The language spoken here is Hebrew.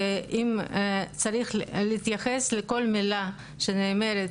ואם צריך להתייחס לכל מילה שנאמרת,